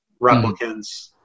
replicants